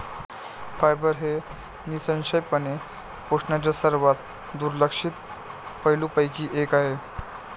fibre हे निःसंशयपणे पोषणाच्या सर्वात दुर्लक्षित पैलूंपैकी एक आहे